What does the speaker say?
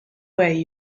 way